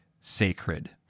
sacred